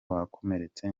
wakomeretse